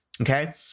okay